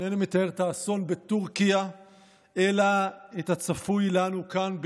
אינני מתאר את האסון בטורקיה אלא את הצפוי לנו כאן,